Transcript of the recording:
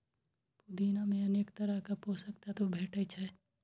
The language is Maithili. पुदीना मे अनेक तरहक पोषक तत्व भेटै छै